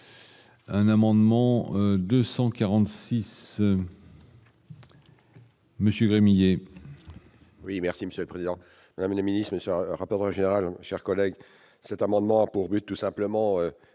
Un amendement 246. Monsieur Gremillet.